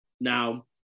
Now